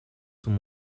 son